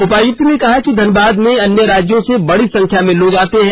उपायुक्त ने कहा कि धनबाद में अन्य राज्यों से बड़ी संख्या में लोग आते हैं